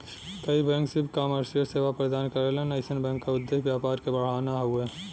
कई बैंक सिर्फ कमर्शियल सेवा प्रदान करलन अइसन बैंक क उद्देश्य व्यापार क बढ़ाना हउवे